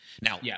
Now